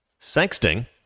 Sexting